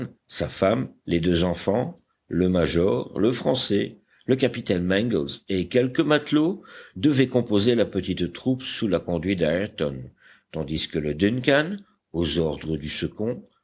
sa femme les deux enfants le major le français le capitaine mangles et quelques matelots devaient composer la petite troupe sous la conduite d'ayrton tandis que le duncan aux ordres du second